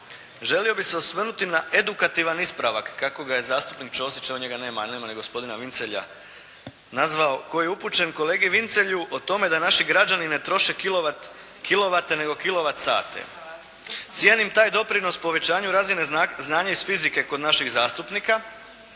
želio bih se osvrnuti na edukativan ispravak kako ga je zastupnik Čosić, njega nema a nema ni gospodina Vincelja nazvao, koji je upućen kolegi Vincelji o tome da naši građani ne troše kilovate nego kilovatsate. Cijenim taj doprinos povećanju razine znanja iz fizike kod naših zastupnika,